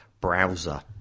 browser